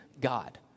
God